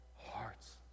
hearts